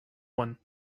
one